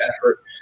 effort